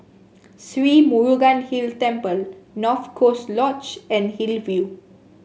Sri Murugan Hill Temple North Coast Lodge and Hillview